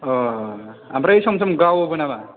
औ ओमफ्राय सम सम गावोबो नामा